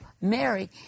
Mary